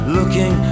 Looking